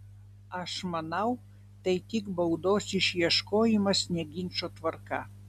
aš manau tai tik baudos išieškojimas ne ginčo tvarka